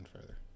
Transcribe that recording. further